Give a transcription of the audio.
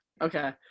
Okay